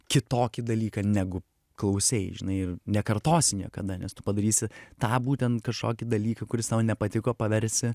kitokį dalyką negu klausei žinai ir nekartosi niekada nes tu padarysi tą būtent kažkokį dalyką kuris tau nepatiko paversi